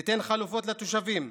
תיתן חלופות לתושבים,